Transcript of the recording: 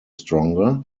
stronger